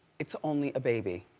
it's only a baby.